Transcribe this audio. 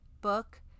book